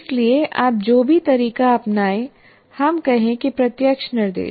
इसलिए आप जो भी तरीका अपनाएं हम कहें कि प्रत्यक्ष निर्देश